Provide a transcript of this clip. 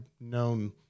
known